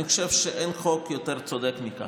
אני חושב שאין חוק יותר צודק מכך.